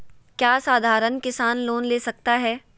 क्या साधरण किसान लोन ले सकता है?